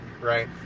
Right